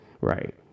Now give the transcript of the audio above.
right